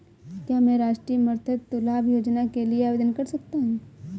क्या मैं राष्ट्रीय मातृत्व लाभ योजना के लिए आवेदन कर सकता हूँ?